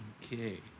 Okay